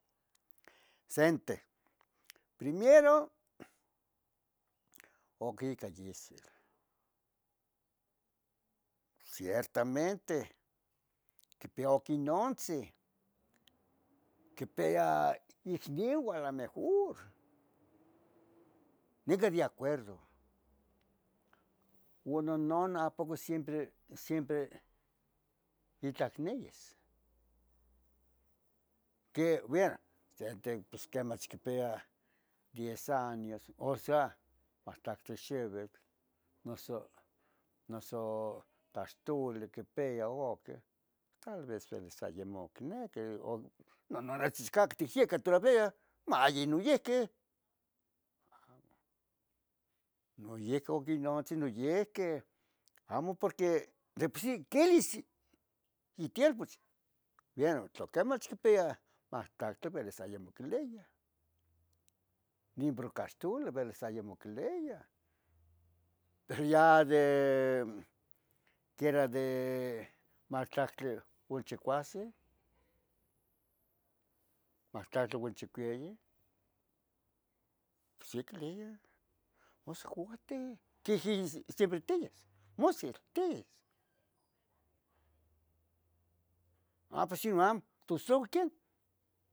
Senteh primero oc ica yisel, ciertamente quipia oc inontzin, quipia icniuan alomejur, nicah de acuerdo, uan nononah apoco siempre, siempre itlah icniquis que bia sente pos quemach quipia diez año osea mahtlactli xibitl noso, noso caxtuli quipia oqui tal vez bilis ayamo quinequi o noso, nononah nechitzcaltih yequi toravia mayinoyihqui amo noyihqui oquinotz, noyihqui, amo porqui de por si quilis itielpoch, bieno tla quemach quipia mahtlahtli bilis ayamo quilbiah ni puro caxtuli belis ayamo quiliah, pero ya de, quiera de mahtlactli uan chicuasen, mahtlahtli uan chicueyi pos yoquiliah: mosiuati, que ihqui siempre tiyis, mosel tiyis, ha pos yeh amo tosiuaqueh